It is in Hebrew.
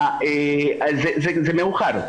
זה מאוחר.